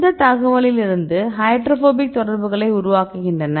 இந்த தகவலிலிருந்து ஹைட்ரோபோபிக் தொடர்புகளை உருவாக்குகின்றன